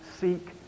seek